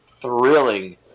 thrilling